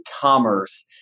commerce